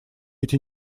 эти